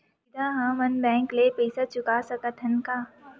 सीधा हम मन बैंक ले पईसा चुका सकत हन का?